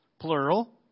plural